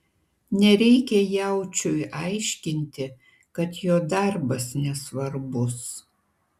nereikia jaučiui aiškinti kad jo darbas nesvarbus